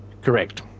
Correct